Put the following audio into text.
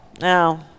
no